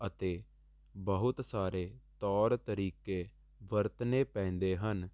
ਅਤੇ ਬਹੁਤ ਸਾਰੇ ਤੌਰ ਤਰੀਕੇ ਵਰਤਨੇ ਪੈਂਦੇ ਹਨ